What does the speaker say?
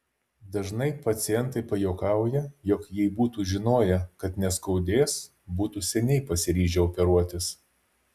dažnai pacientai pajuokauja jog jei būtų žinoję kad neskaudės būtų seniai pasiryžę operuotis